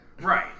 Right